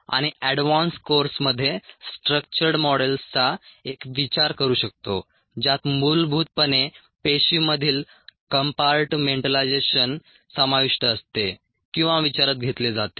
आणि अॅडव्हान्स कोर्समध्ये स्ट्रक्चर्ड मॉडेल्सचा एक विचार करू शकतो ज्यात मूलभूतपणे पेशीमधील कंपार्टमेंटलायझेशन समाविष्ट असते किंवा विचारात घेतले जाते